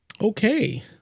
Okay